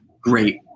great